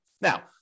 Now